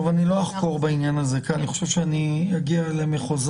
אני לא אחקור בעניין הזה כי אני חושב שאני אגיע למחוזות